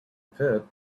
pit